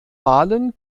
wahlen